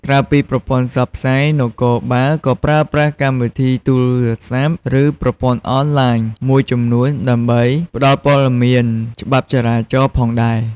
ក្រៅពីប្រព័ន្ធផ្សព្វផ្សាយ នគរបាលក៏ប្រើប្រាស់ កម្មវិធីទូរស័ព្ទ ឬប្រព័ន្ធអនឡាញ មួយចំនួនដើម្បីផ្តល់ព័ត៌មានច្បាប់ចរាចរណ៍ផងដែរ។